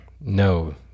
no